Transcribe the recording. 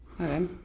Okay